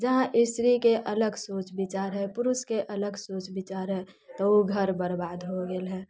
जहाँ स्त्रीके अलग सोच विचार हय पुरुषके अलग सोच विचार हय तऽ ओ घर बरबाद हो गेल हय